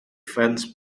fence